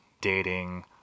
dating